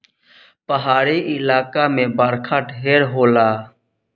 पहाड़ी इलाका मे बरखा ढेर होला